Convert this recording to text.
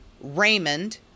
Raymond